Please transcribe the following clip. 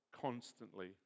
constantly